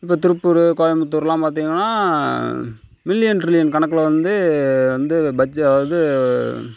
இப்போது திருப்பூர் கோயம்புத்தூர்லாம் பார்த்திங்கன்னா மில்லியன் ட்ரில்லியன் கணக்கில் வந்து வந்து அதாவது